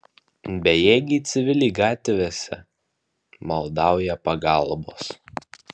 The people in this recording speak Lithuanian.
bejėgiai civiliai gatvėse maldauja pagalbos